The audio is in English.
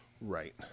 right